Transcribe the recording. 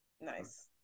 Nice